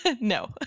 No